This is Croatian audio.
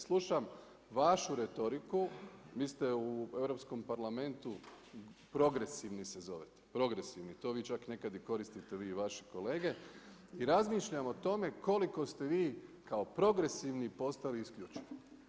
Slušam vašu retoriku, vi ste u Europskom parlamentu progresivni se zovete, progresivni, to vi čak nekad i koristite vi i vaši kolege, razmišljam o tome koliko ste vi kao progresivni postali isključivi.